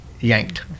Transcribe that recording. yanked